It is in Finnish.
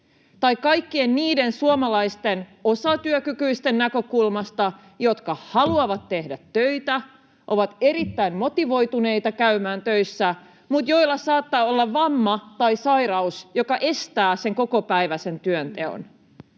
Tai kaikkien niiden suomalaisten osatyökykyisten näkökulmasta, jotka haluavat tehdä töitä ja ovat erittäin motivoituneita käymään töissä mutta joilla saattaa olla vamma tai sairaus, joka estää sen kokopäiväisen työnteon?